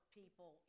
people